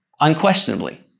unquestionably